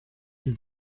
sie